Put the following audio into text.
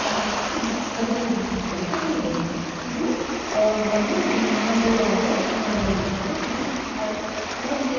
ಹಾಕಿ ಅದು ಕುದಿ ಬರೊ ತನಕ ಇಡಬೇಕು ಇದು ಮೊದಲು ಮಾಡುವಾಗ ಮಾಡುವಂತಹ ಅಂದರೆ ಹಳೆ ಮೊದ್ಲು